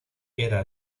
era